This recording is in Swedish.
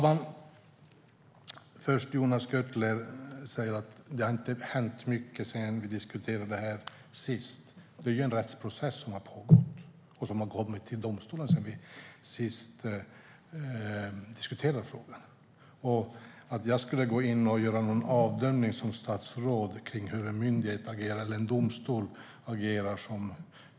Herr talman! Jonas Jacobsson Gjörtler säger att det inte har hänt mycket sedan vi senast diskuterade det här. Det är en rättsprocess som har pågått. Det har kommit till domstol sedan vi senast diskuterade frågan. Jonas försöker få mig att göra någon bedömning som statsråd kring hur en myndighet eller en domstol agerar.